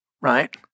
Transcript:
right